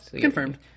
Confirmed